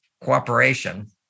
cooperation